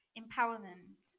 empowerment